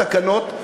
תקנות,